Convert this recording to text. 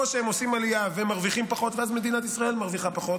או שהם עושים עלייה ומרוויחים פחות ואז מדינת ישראל מרוויחה פחות,